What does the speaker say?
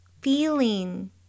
feeling